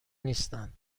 نیستند